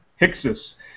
Hixus